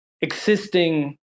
existing